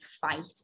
fight